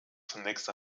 zunächst